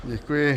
Děkuji.